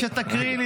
תודה, בצלאל,